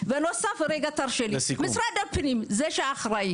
עכשיו, אם שר הקליטה אחראי